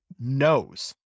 knows